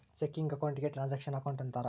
checking account ಗೆ transaction account ಅಂತಾರ